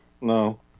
no